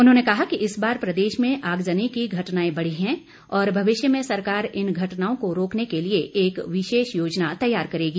उन्होंने कहा कि इस बार प्रदेश में आगजनी की घटनाए बढ़ी हैं और भविष्य में सरकार इन घटनाओं को रोकने के लिए एक विशेष योजना तैयार करेगी